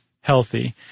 healthy